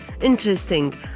interesting